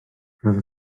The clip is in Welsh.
roedd